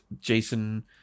Jason